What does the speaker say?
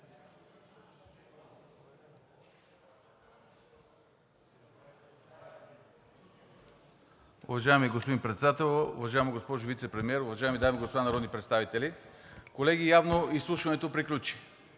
Уважаеми господин Председател, уважаема госпожо Вицепремиер, уважаеми дами и господа народни представители! Колеги, явно изслушването приключи.